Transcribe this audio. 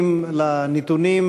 הנתונים